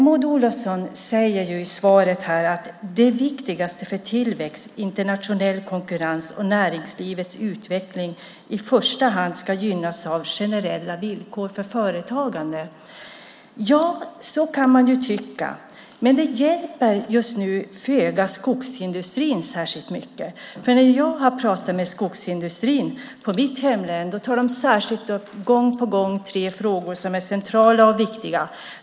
Maud Olofsson säger i svaret att tillväxt, internationell konkurrens och näringslivets utveckling i första hand ska gynnas av generella villkor för företagande. Ja, så kan man ju tycka, men det hjälper just nu inte skogsindustrin särskilt mycket. När jag har pratat med företrädare för skogsindustrin i mitt hemlän tar de gång på gång upp tre frågor som är centrala och viktiga.